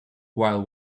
while